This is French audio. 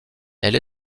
elle